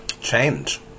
change